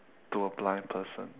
to a blind person